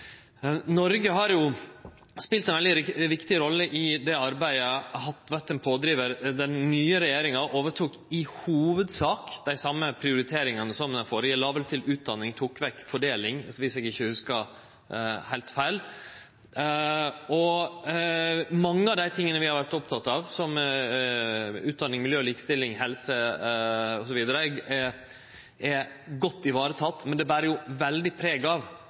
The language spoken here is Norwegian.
Noreg har spela ei viktig rolle i det arbeidet og vore ein pådrivar. Den nye regjeringa overtok i hovudsak dei same prioriteringane som den førre – ho la berre til utdanning og tok vekk fordeling, om eg ikkje hugsar heilt feil. Mange av dei tinga vi har vore opptekne av, som utdanning, miljø og likestilling, helse osv. er godt tekne vare på, men det ber preg av